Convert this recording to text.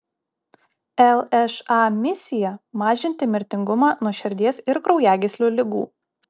lša misija mažinti mirtingumą nuo širdies ir kraujagyslių ligų